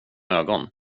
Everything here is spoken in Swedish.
ögon